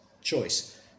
choice